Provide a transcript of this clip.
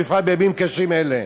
בפרט בימים קשים אלה,